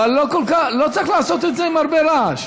אבל לא צריך לעשות את זה עם הרבה רעש.